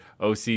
OC